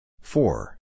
Four